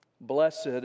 Blessed